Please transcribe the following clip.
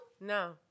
No